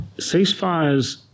Ceasefires